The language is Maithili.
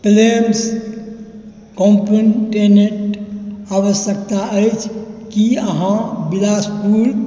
के लेल कॉम्पीटेन्ट आवश्यकता अछि की अहाँ विलासपुर